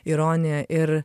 ironija ir